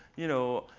you know,